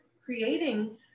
creating